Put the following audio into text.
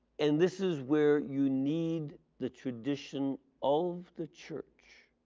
and this is where you need the tradition of the church